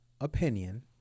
opinion